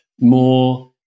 more